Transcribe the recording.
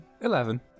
Eleven